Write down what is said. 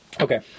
Okay